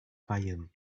fayoum